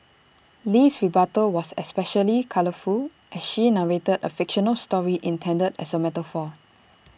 Lee's rebuttal was especially colourful as she narrated A fictional story intended as A metaphor